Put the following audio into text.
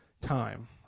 time